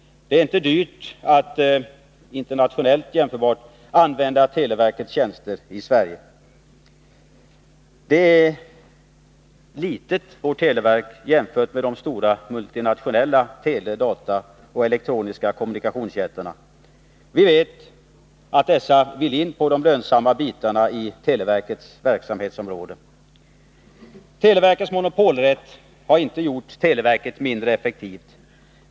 Det är inte dyrt att använda televerkets tjänster i Sverige, vid en internationell jämförelse. Vårt televerk är litet jämfört med de stora multinationella tele-, dataoch elektroniska kommunikationsjättarna. Vi vet att dessa vill in på televerkets lönsamma verksamhetsområden. Televerkets monopolrätt har inte gjort televerket mindre effektivt.